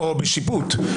או בשיפוט.